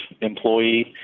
employee